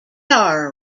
are